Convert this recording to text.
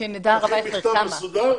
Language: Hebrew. תכין מכתב מסודר.